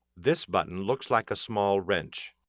this button looks like a small wrench.